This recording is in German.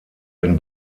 wenn